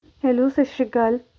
hello ਸਤਿ ਸ਼੍ਰੀ ਅਕਾਲ